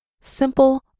Simple